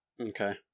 Okay